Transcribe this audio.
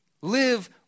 Live